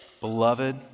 Beloved